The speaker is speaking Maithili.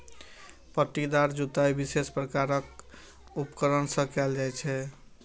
पट्टीदार जुताइ विशेष प्रकारक उपकरण सं कैल जाइ छै